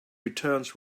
returns